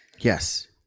Yes